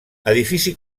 edifici